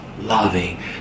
loving